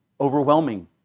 overwhelming